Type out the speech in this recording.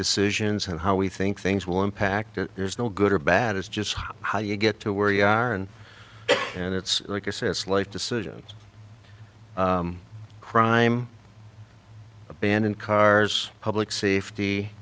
decisions and how we think things will impact it there's no good or bad is just how you get to where you are and it's like a serious life decisions crime abandoned cars public safety